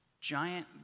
giant